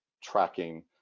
tracking